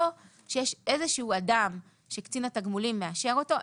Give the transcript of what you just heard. או שיש איזשהו אדם שקצין התגמולים מאשר אותו.